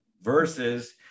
versus